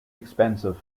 expensive